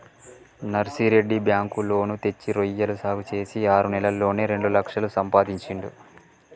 Narsireddy bank loan తెచ్చి రొయ్యల సాగు చేసి ఆరు నెలల్లోనే రెండు లక్షలు సంపాదించిండు